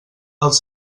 els